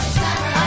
summer